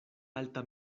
alta